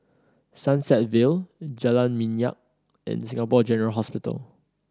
Sunset Vale Jalan Minyak and Singapore General Hospital